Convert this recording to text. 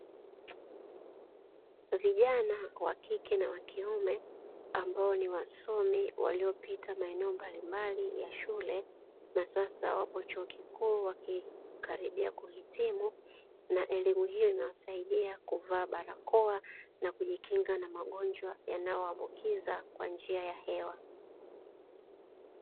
Vijana wakike na wakiume ambao ni wasomi waliopita meneo mbalimbali ya shule, na sasa wapo chuo kikuu wakikaribia kuhitimu na elimu hiyo imewasaidia kuvaa barakoa na kujikinga na magonjwa yanayoambukiza kwa njia ya hewa.